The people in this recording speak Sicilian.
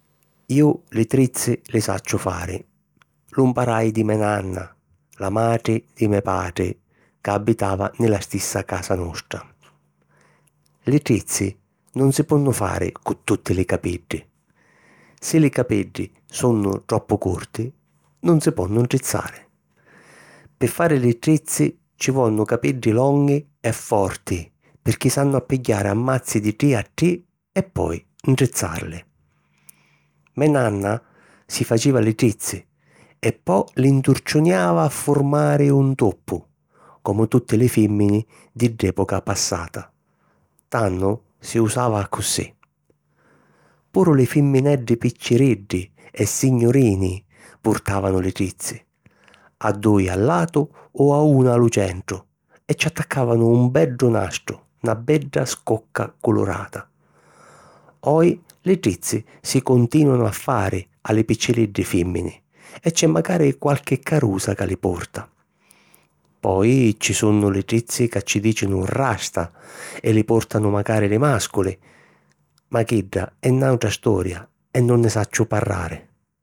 Ju li trizzi li sacciu fari. Lu mparai di me nanna, la matri di me patri, ca abbitava nni la stissa casa nostra. Li trizzi nun si ponnu fari cu tutti li capiddi; si li capiddi sunnu troppu curti, nun si ponnu ntrizzari. Pi fari li trizzi ci vonnu capiddi longhi e forti picchì s'hannu a pigghiari a mazzi di tri a tri e poi ntrizzarli. Me nanna si faceva li trizzi e po' lì nturciunava a furmari un tuppu, comu tutti li fìmmini di dd'èpuca passata; tannu si usava accussì. Puru li fimmineddi picciriddi e signurini purtàvanu li trizzi, a dui a latu o una a lu centru e ci attaccàvanu un beddu nastru, na bedda scocca culurata. Oji li trizzi si cuntìnuanu a fari a li picciriddi fìmmini e c'è macari qualchi carusa ca li porta. Poi ci sunnu li trizzi ca ci dìcinu "rasta" e li pòrtanu macari li màsculi; ma chidda è nàutra storia e nun nni sacciu parrari.